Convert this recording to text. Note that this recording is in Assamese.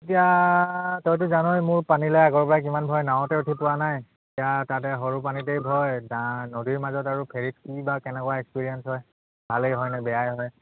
এতিয়া তইতো জানই মোৰ পানীলৈ আগপৰা কিমান ভয় নাৱতে উঠি পোৱা নাই এতিয়া তাতে সৰু পানীতেই ভয় নদীৰ মাজত আৰু ফেৰীত কি বা কেনেকুৱা এক্সপিৰিয়েঞ্চ হয় ভালেই হয় নে বেয়াই হয়